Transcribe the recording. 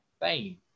fame